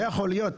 לא יכול להיות